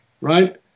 right